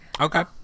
Okay